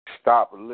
Stop